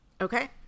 okay